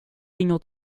ringer